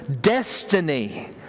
destiny